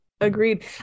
Agreed